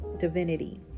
divinity